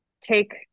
take